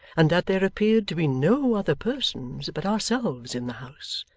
and that there appeared to be no other persons but ourselves in the house.